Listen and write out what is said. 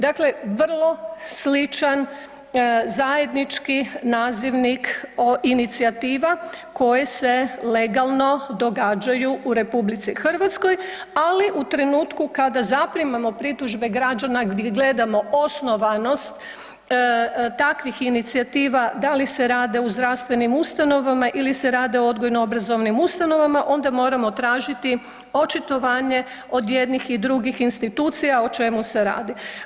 Dakle, vrlo sličan zajednički nazivnik o inicijativa koje se legalno događaju u RH, ali u trenutku kada zaprimamo pritužbe građana gdje gledamo osnovanosti takvih inicijativa da li se rade u zdravstvenim ustanovama ili se rade u odgojno obrazovnim ustanovama onda moramo tražiti očitovanje od jednih i drugih institucija o čemu se radi.